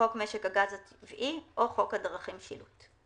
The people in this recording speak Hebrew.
חוק משק הגז הטבעי או חוק הדרכים (שילוט)."